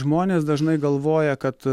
žmonės dažnai galvoja kad